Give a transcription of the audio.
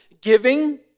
giving